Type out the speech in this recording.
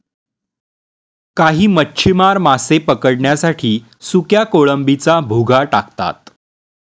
काही मच्छीमार मासे पकडण्यासाठी सुक्या कोळंबीचा भुगा टाकतात